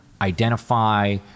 identify